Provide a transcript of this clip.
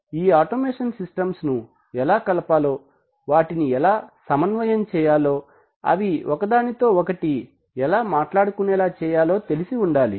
ఈ automation systems ను ఎలా కలపాలో వాటిని ఎలా సమన్వయం చేయాలో అవి ఒకదానితో ఒకటి ఎలా మాట్లాడుకునేలా చేయాలో తెలిసి ఉండాలి